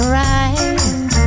right